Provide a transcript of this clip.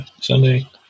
Sunday